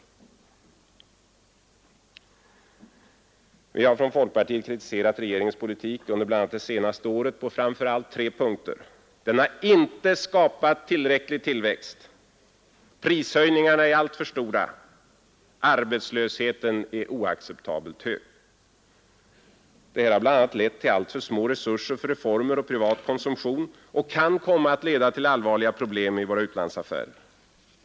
Vi har från folkpartiet kritiserat regeringens politik bl.a. under det senaste året på framför allt tre punkter. Den har inte varit tillväxtskapande. Prishöjningarna är alltför stora. Arbetslösheten är oacceptabelt hög. Detta har bl.a. lett till alltför små resurser för reformer och privat konsumtion och kan komma att leda till allvarliga problem i våra utlandsaffärer.